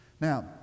Now